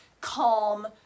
calm